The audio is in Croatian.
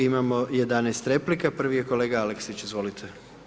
Imamo 11 replika, prvi je kolega Aleksić, izvolite.